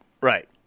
Right